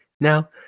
Now